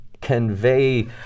convey